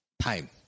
time